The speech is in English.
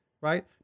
right